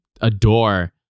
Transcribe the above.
adore